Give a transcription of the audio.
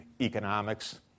Economics